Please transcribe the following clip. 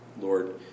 lord